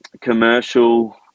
commercial